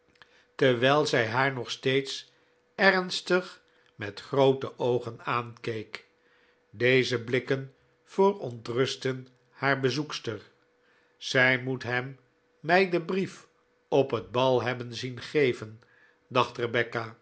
terwijl zij haar nog steeds ernstig met groote oogen aankeek deze blikken verontrustten haar bezoekster zij moet hem mij den brief op het bal hebben zien geven dacht